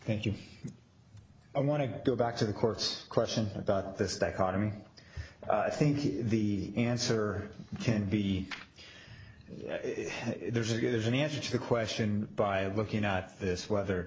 thank you i want to go back to the courts question about this dichotomy i think the answer can be there's a good there's an answer to the question by looking at this whether